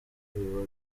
biba